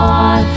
on